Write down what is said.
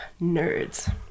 nerds